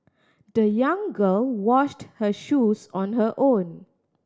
the young girl washed her shoes on her own